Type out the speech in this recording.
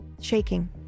shaking